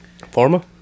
pharma